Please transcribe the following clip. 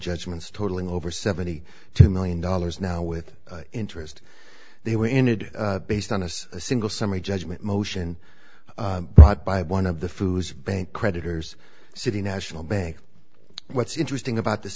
judgments totaling over seventy two million dollars now with interest they were ended based on us a single summary judgment motion brought by one of the food bank creditors city national bank what's interesting about this